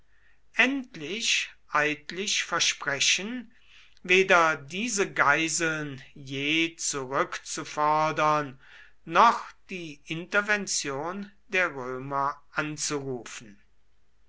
endlich eidlich versprechen weder diese geiseln je zurückzufordern noch die intervention der römer anzurufen